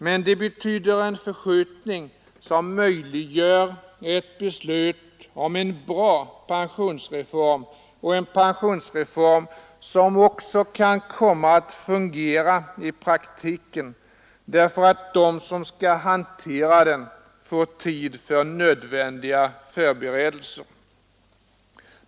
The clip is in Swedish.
Men det betyder en förskjutning som möjliggör ett beslut om en bra pensionsreform och en pensionsreform som också kan komma att fungera i praktiken, därför att de som skall hantera den får tid till nödvändiga förberedelser.